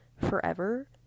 forever